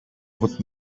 would